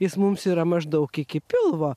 jis mums yra maždaug iki pilvo